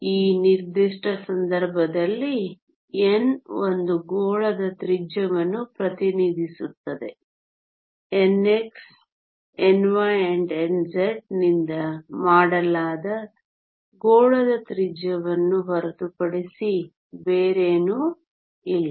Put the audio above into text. ಈ ನಿರ್ದಿಷ್ಟ ಸಂದರ್ಭದಲ್ಲಿ n ಒಂದು ಗೋಳದ ತ್ರಿಜ್ಯವನ್ನು ಪ್ರತಿನಿಧಿಸುತ್ತದೆ nx ny∧nz ನಿಂದ ಮಾಡಲಾದ ಗೋಳದ ತ್ರಿಜ್ಯವನ್ನು ಹೊರತುಪಡಿಸಿ ಬೇರೇನೂ ಇಲ್ಲ